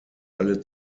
alle